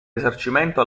risarcimento